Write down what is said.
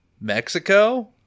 mexico